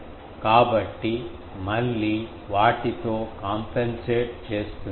కాబట్టి మళ్ళీ వాటితో కాంపెన్సేట్ చేస్తుంది